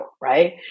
right